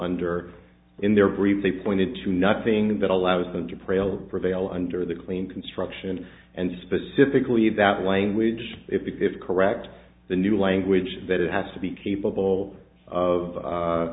under in their brief they pointed to nothing that allows them to prelude prevail under the clean construction and specifically that language if correct the new language that it has to be capable